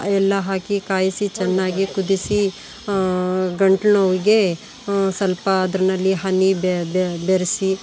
ಎಲ್ಲ ಹಾಕಿ ಕಾಯಿಸಿ ಚೆನ್ನಾಗಿ ಕುದಿಸಿ ಗಂಟ್ಲು ನೋವಿಗೆ ಸ್ವಲ್ಪ ಅದ್ರಲ್ಲಿ ಹನಿ ಬೆರೆಸಿ